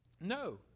No